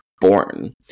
born